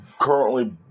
currently